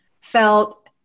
felt